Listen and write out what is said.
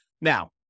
Now